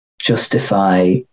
justify